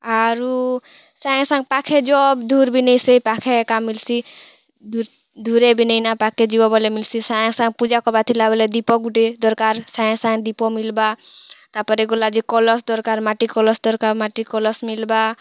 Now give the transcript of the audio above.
ଆରୁ ସାଙ୍ଗେ ସାଙ୍ଗ୍ ପାଖେ ଜହ ଧୁର୍ ବି ନେଇଁସେ ପାଖେ ଏକା ମିଲ୍ସି ଧୁର୍ ଧୁରେ ବି ନେଇଁ ନା ପାଖ୍କେ ଯିବ ବୋଲେ ମିଲ୍ସି ସାଏଁ ସାଙ୍ଗ୍ ପୁଜା କର୍ବାର୍ ଥିଲା ବୋଲେ ଦୀପ ଗୁଟେ ଦର୍କାର୍ ସାଙ୍ଗେ ସାଙ୍ଗ୍ ଦୀପ ମିଲ୍ବା ତା ପରେ ଗଲା ଯେ କଲସ୍ ଦର୍କାର୍ ମାଟି କଲସ୍ ଦର୍କାର୍ ମାଟି କଲସ୍ ମିଲ୍ବା